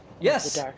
Yes